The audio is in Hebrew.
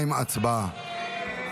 62, הצבעה.